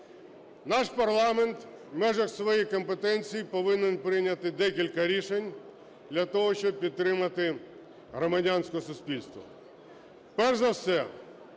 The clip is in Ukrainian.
Наш парламент в межах своєї компетенції повинен прийняти декілька рішень для того, щоб підтримати громадянське суспільство. Перш за все